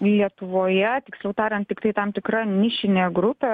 lietuvoje tiksliau tariant tiktai tam tikra nišinė grupė